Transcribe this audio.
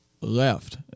left